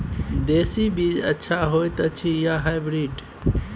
देसी बीज अच्छा होयत अछि या हाइब्रिड?